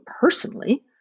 personally